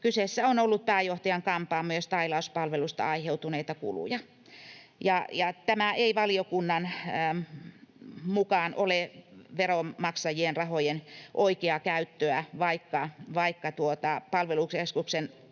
Kyseessä ovat olleet pääjohtajan kampaamo- ja stailauspalveluista aiheutuneet kulut. Tämä ei valiokunnan mukaan ole veronmaksajien rahojen oikeaa käyttöä, vaikka tämä on loppujen